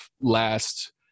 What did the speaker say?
last